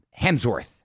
Hemsworth